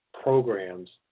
programs